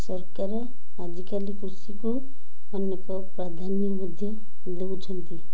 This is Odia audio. ସରକାର ଆଜିକାଲି କୃଷିକୁ ଅନେକ ପ୍ରାଧାନ୍ୟ ମଧ୍ୟ ଦଉଛନ୍ତି